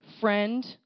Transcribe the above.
Friend